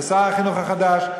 לשר החינוך החדש,